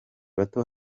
bato